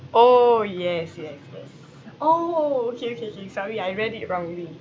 orh yes yes yes orh okay okay okay sorry I read it wrongly